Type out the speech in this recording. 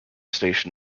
station